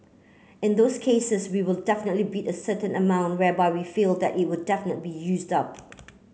in those cases we will definitely bid a certain amount whereby we feel that it will definite be used up